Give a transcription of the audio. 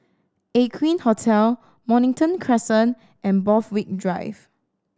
Aqueen Hotel Mornington Crescent and Borthwick Drive